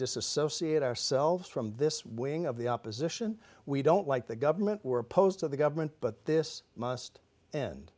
disassociate ourselves from this wing of the opposition we don't like the government we're opposed to the government but this must end